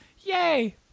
Yay